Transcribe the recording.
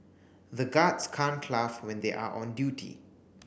the guards can't laugh when they are on duty